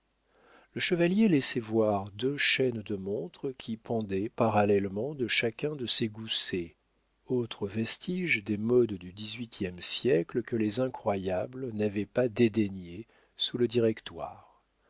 le chevalier laissait voir deux chaînes de montre qui pendaient parallèlement de chacun de ses goussets autre vestige des modes du dix-huitième siècle que les incroyables n'avaient pas dédaigné sous le directoire